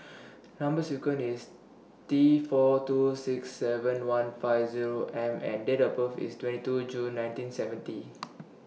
Number sequence IS T four two six seven one five Zero M and Date of birth IS twenty two June nineteen seventy